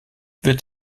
wird